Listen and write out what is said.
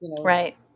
right